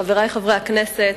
חברי חברי הכנסת,